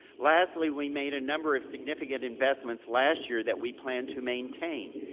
lastly, we made a number of significant investments last year that we plan to maintain,